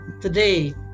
today